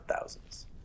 thousands